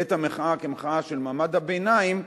את המחאה כמחאה של מעמד הביניים,